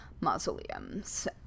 mausoleums